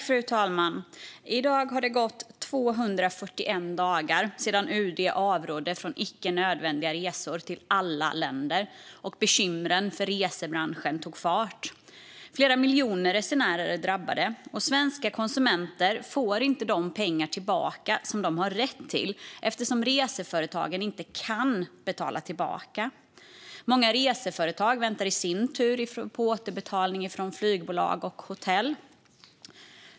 Fru talman! I dag har det gått 241 dagar sedan UD avrådde från icke nödvändiga resor till alla länder och bekymren för resebranschen tog fart. Flera miljoner resenärer är drabbade, och svenska konsumenter får inte tillbaka de pengar som de har rätt till eftersom reseföretagen inte kan betala tillbaka. Många reseföretag väntar i sin tur på återbetalning från flygbolag och hotell.